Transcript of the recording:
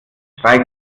drei